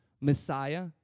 Messiah